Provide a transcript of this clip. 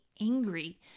angry